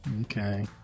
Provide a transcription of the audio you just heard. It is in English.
Okay